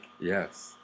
Yes